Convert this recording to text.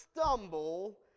stumble